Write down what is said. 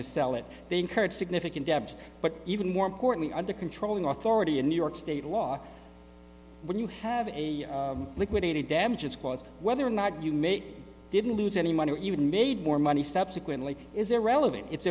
to sell it they incurred significant damage but even more importantly under controlling authority in new york state law when you have a liquidated damages clause whether or not you make didn't lose any money or even made more money subsequently is irrelevant it's